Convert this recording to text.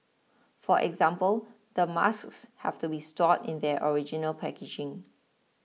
for example the masks have to be stored in their original packaging